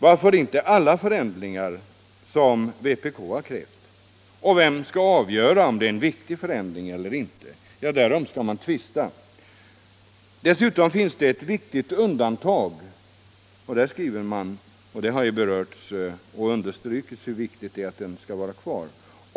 Varför inte vid alla förändringar som vpk krävt? Vem skall avgöra om det är en viktig förändring eller inte? Därom skall man tvista. Dessutom finns ett undantag, och det har understrukits hur viktigt det är att det får vara kvar.